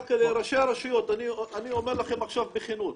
ראשי הרשויות, אני אומר לכם עכשיו בכנות,